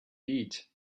eat